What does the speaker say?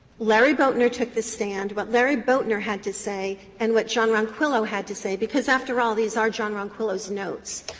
larry boatner took the stand. what larry boatner had to say and what john ronquillo had to say because after all, these are john ronquillo's notes,